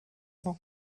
grand